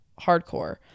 Hardcore